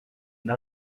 d’un